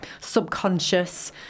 subconscious